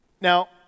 Now